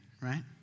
right